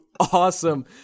Awesome